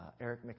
Eric